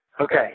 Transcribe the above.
Okay